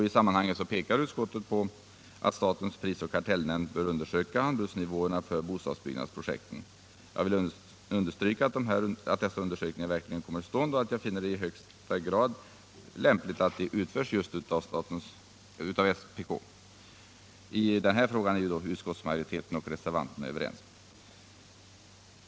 I sammanhanget pekar utskottet på att statens prisoch kartellnämnd bör undersöka anbudsnivåerna för bostadsbyggnadsprojekten. Jag vill understryka nödvändigheten av att dessa undersökningar verkligen kommer till stånd, och jag finner det i högsta grad lämpligt att de utförs just av SPK. I denna fråga är utskottsmajoriteten och reservanterna överens.